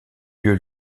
lieu